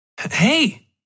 Hey